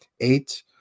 eight